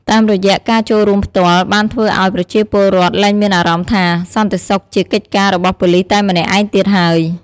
តាមរយៈការចូលរួមផ្ទាល់ បានធ្វើឲ្យប្រជាពលរដ្ឋលែងមានអារម្មណ៍ថា សន្តិសុខជាកិច្ចការរបស់ប៉ូលិសតែម្នាក់ឯងទៀតហើយ។